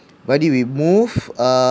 buddy we move um